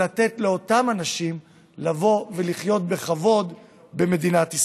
ולתת לאותם אנשים לחיות בכבוד במדינת ישראל.